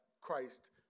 Christ